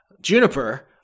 juniper